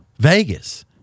Vegas